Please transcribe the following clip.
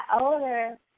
older